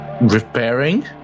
repairing